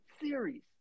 series